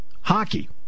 hockey